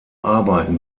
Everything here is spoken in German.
arbeiten